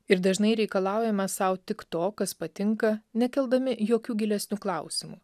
ir dažnai reikalaujame sau tik to kas patinka nekeldami jokių gilesnių klausimų